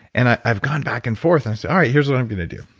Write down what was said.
and i've gone back and forth and said, alright, here's what i'm going to do.